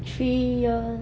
three year